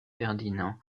ferdinand